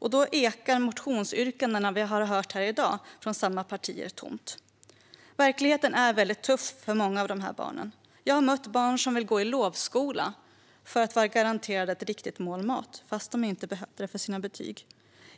Då ekar motionsyrkandena vi har hört här i dag från samma partier tomt. Verkligheten är väldigt tuff för många av de här barnen. Jag har mött barn som vill gå i lovskola för att vara garanterade ett riktigt mål mat fastän de inte behövde det för sina betyg.